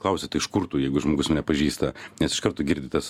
klausia tai iš kur tu jeigu žmogus nepažįsta nes iš karto girdi tas